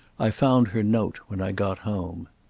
i found her note when i got home.